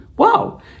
Wow